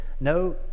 no